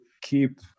keep